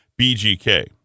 BGK